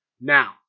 Now